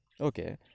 Okay